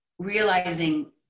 realizing